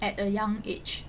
at a young age